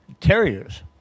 terriers